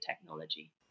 technology